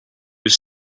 were